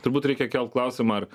turbūt reikia kelt klausimą ar